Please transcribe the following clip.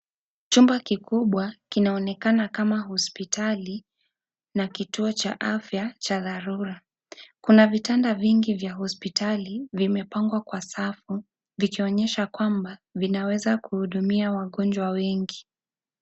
Chumba kikubwa kinaonekana kama hospitali na kituo cha afya cha dharura. Kuna vitanda vingi vya hospitali vimepangwa kwa savu vikionyesha kwamba vinaweza kuhudumia wagonjwa wengi.